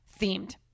themed